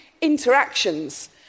interactions